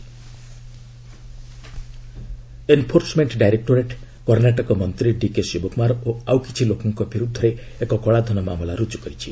ED Shivakumar enforcement directorate Karnataka ମନ୍ତ୍ରୀ D K Shivakumar ଓ ଆଉକିଛି ଲୋକଙ୍କ ବିରୁଦ୍ଧରେ ଏକ କଳାଧନ ମାମଲା ରୁଜୁ କରିଛି